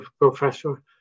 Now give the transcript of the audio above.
professor